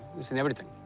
it's in everything.